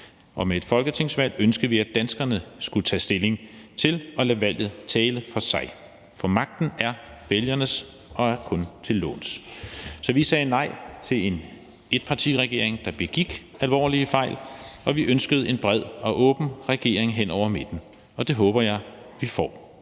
og med et folketingsvalg ønskede vi, at danskerne skulle tage stilling til at lade valget tale for sig. For magten er vælgernes og er kun til låns. Så vi sagde nej til en etpartiregering, der begik alvorlige fejl, og vi ønskede en bred og åben regering hen over midten, og det håber jeg vi får.